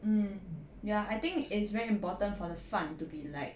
mm ya I think it's very important for the 饭 to be like